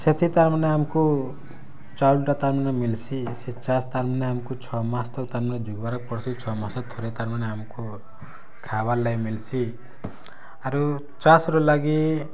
ସେଥି ତାର୍ମାନେ ଆମ୍କୁ ଚାଉଲ୍ ଟା ତାର୍ମାନେ ମିଲ୍ସି ସେ ଚାଷ୍ ତାର୍ମାନେ ଆମ୍କୁ ଛଅ ମାସ୍ ତକ୍ ତାର୍ମାନେ ଯୁଗବାର ପଡ଼୍ସି ଛଅ ମାସେର୍ ଥରେ ତାର୍ମାନେ ଆମ୍କୁ ଖାଏବାର୍ ଲାଗି ମିଲ୍ସି ଆରୁ ଚାଷ୍ ର ଲାଗି